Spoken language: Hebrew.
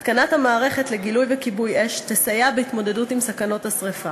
התקנת המערכת לגילוי וכיבוי אש תסייע בהתמודדות עם סכנות השרפה.